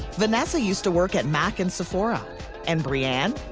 vanessa used to work at mac and sephora and brianne,